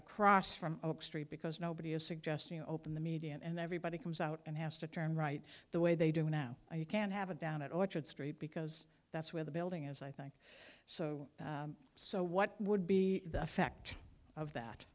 across from oak street because nobody is suggesting open the median and everybody comes out and has to turn right the way they do now you can't have it down at orchard street because that's where the building is i think so so what would be the effect of that